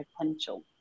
potential